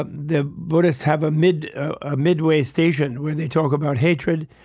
the buddhists have a midway ah midway station where they talk about hatred,